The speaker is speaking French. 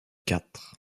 quatre